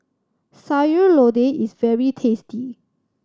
Sayur Lodeh is very tasty